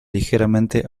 ligeramente